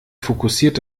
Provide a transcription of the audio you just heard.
fokussiert